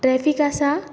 traffic आसा